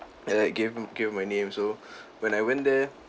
like gave them give my name so when I went there